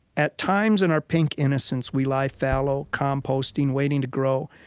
at times in our pink innocence, we lie fallow, composting, waiting to grow.